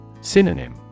Synonym